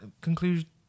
conclusion